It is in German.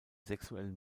sexuellen